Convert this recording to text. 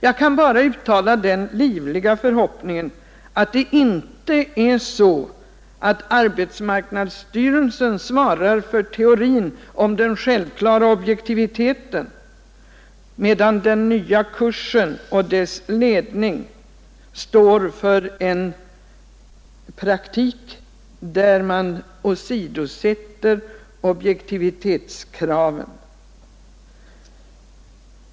Jag kan bara uttala den livliga förhoppningen att det inte är så, att arbetsmarknadsstyrelsen svarar för teorin om den självklara objektiviteten, medan den nya kursen och dess ledning står för en praktik där man åsidosätter objektivitetskraven.